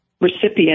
recipient